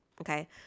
Okay